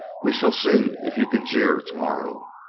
we shall see if you can jeer to-morrow.